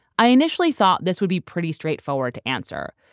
i initially thought this would be pretty straightforward to answer.